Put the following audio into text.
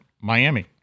Miami